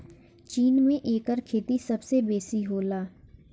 चीन में एकर खेती सबसे बेसी होला